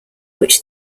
which